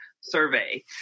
survey